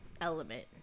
Element